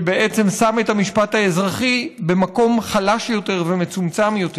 שבעצם שם את המשפט האזרחי במקום חלש יותר ומצומצם יותר.